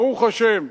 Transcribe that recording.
ברוך השם,